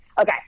okay